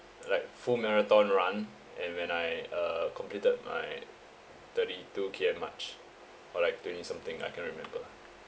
like full marathon run and when I uh completed my thirty two K_M march or like twenty something I can't remember